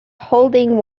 holding